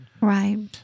Right